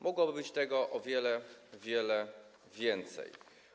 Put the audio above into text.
Mogłoby być tego o wiele, wiele więcej.